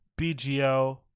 BGL